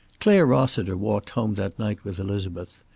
clare rossiter walked home that night with elizabeth.